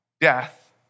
death